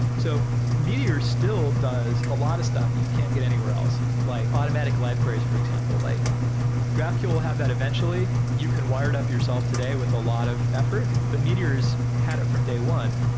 so meteor still does a lot of stuff that you can't get anywhere else, like automatic live queries for example. like graphql will have that eventually. you can wire it up yourself today with a lot of effort, but meteor had it from day one.